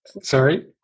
Sorry